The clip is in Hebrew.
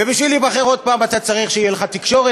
ובשביל להיבחר עוד פעם אתה צריך שתהיה לך תקשורת,